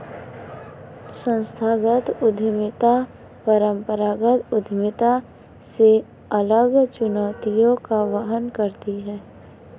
संस्थागत उद्यमिता परंपरागत उद्यमिता से अलग चुनौतियों का वहन करती है